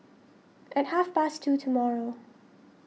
at half past two tomorrow